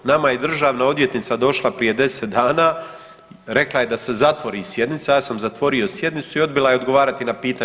Nama je državna odvjetnica došla prije 10 dana, rekla je da se zatvori sjednica, ja sam zatvorio sjednicu i odbila je odgovarati na pitanja.